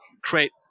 create